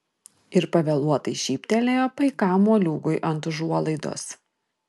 ir pavėluotai šyptelėjo paikam moliūgui ant užuolaidos